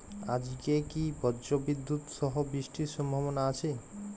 আজকে কি ব্রর্জবিদুৎ সহ বৃষ্টির সম্ভাবনা আছে?